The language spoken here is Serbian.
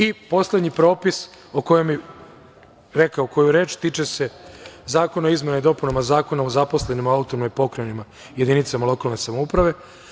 I, poslednji propis o kojem bih rekao koju reč, tiče se Zakona o izmenama i dopunama Zakona o zaposlenim u autonomnim pokrajinama, jedinicama lokalne samouprave.